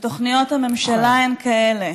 ותוכניות הממשלה הן כאלה: